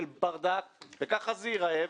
של ברדק, וכך זה ייראה.